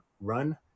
run